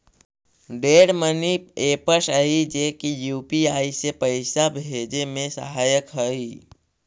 ढेर money apps हई जे की यू.पी.आई से पाइसा भेजे में सहायक हई